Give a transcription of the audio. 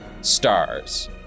stars